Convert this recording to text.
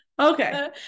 Okay